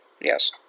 Yes